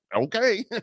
Okay